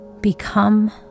Become